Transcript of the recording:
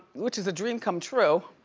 which is a dream come true.